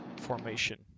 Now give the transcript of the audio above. formation